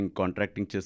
contracting